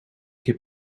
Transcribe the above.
keer